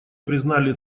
признали